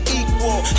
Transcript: equal